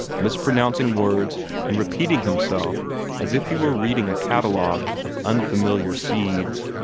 mispronouncing words and repeating himself as if he were reading a catalogue of unfamiliar seeds.